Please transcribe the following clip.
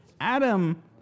Adam